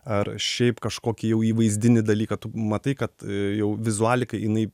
ar šiaip kažkokį jau įvaizdinį dalyką tu matai kad jau vizualika jinai